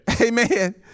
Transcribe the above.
Amen